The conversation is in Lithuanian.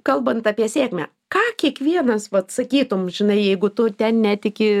kalbant apie sėkmę ką kiekvienas vat sakytum žinai jeigu tu ten netiki